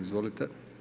Izvolite.